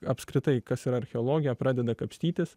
apskritai kas yra archeologija pradeda kapstytis